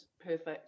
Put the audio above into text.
perfect